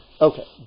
Okay